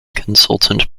consultant